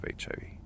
HIV